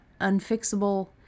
unfixable